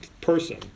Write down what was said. person